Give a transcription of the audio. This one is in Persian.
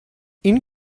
این